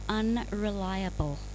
unreliable